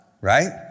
right